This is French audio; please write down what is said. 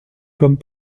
comme